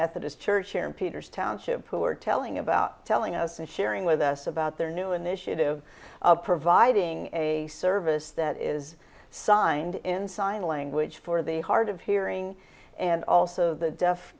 methodist church here in peter's township who are telling about telling us and sharing with us about their new initiative of providing a service that is signed in sign language for the hard of hearing and also the deaf